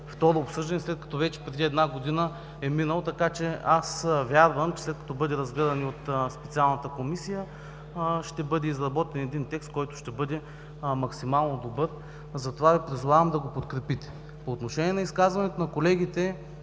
второ обсъждане, след като вече преди една година е минал. Така че аз вярвам, че след като бъде разгледан и от специалната Комисия, ще бъде изработен един текст, който ще бъде максимално добър, затова Ви призовавам да го подкрепите. По отношение на изказването на колегите,